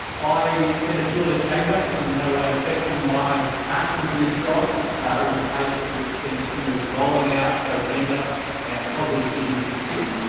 i can assure the chamber it's in no way affecting my passion for this job or the pace at which team schrinner is rolling out our agenda and our positive vision for the city.